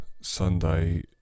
Sunday